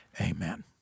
Amen